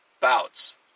bouts